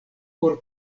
por